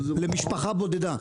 למשפחה בודדה.